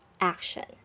action